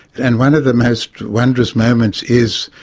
and one of the most wondrous moments is,